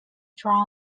draw